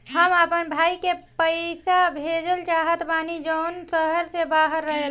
हम अपना भाई के पइसा भेजल चाहत बानी जउन शहर से बाहर रहेला